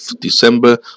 December